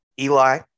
Eli